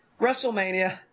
WrestleMania